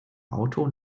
auto